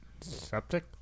Septic